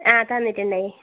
ആ തന്നിട്ടുണ്ടായി